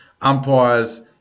umpires